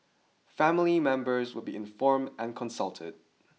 family members would be informed and consulted